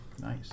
Nice